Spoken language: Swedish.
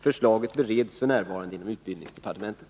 Förslaget bereds f. n. inom utbildningsdepartementet.